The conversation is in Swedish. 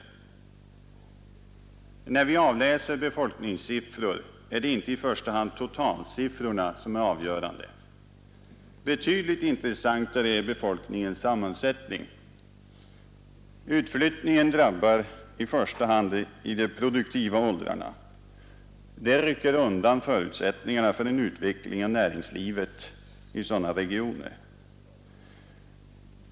För det första: När vi avläser befolkningssiffror bör vi ha klart för oss att det inte i främsta rummet är totalsiffrorna som är avgörande. Betydligt intressantare är befolkningens sammansättning. Utflyttningen drabbar i första hand de produktiva åldrarna. Det rycker undan förutsättningarna för en utveckling av näringslivet i sådana regioner.